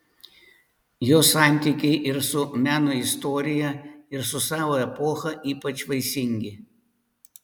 jo santykiai ir su meno istorija ir su savo epocha ypač vaisingi